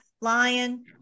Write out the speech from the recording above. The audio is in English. lion